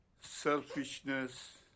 selfishness